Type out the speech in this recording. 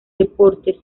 deportes